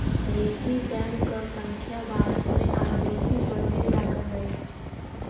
निजी बैंकक संख्या भारत मे आब बेसी बढ़य लागल अछि